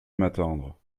m’attendre